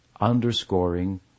underscoring